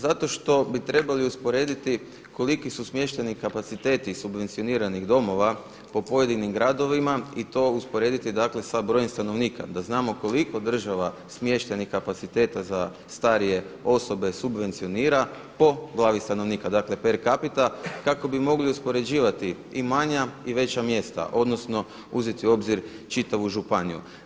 Zato što bi trebali usporediti koliki su smještajni kapaciteti subvencioniranih domova po pojedinim gradovima i to usporediti dakle sa brojem stanovnika da znamo koliko država smještajnih kapaciteta za starije osobe subvencionira po glavni stanovnika dakle Per capita kako bi mogli uspoređivati i manja i veća mjesta, odnosno uzeti u obzir čitavu županiju.